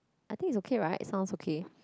I think is okay right it's sound okay